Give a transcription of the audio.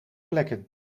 plekken